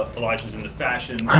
elijah's into fashion,